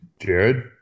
Jared